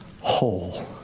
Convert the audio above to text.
whole